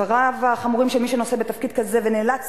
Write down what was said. אלה דבריו החמורים של מי שנושא בתפקיד כזה ונאלץ